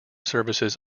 services